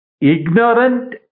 ignorant